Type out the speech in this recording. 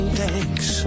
thanks